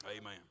Amen